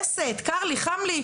כועסת, קר לי, חם לי.